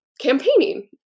campaigning